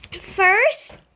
first